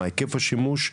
מה היקף השימוש,